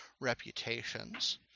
reputations